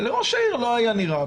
לראש העיר לא היה נראה.